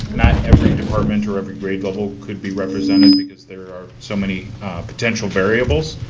not every department or every grade level could be represented because there are so many potential variables.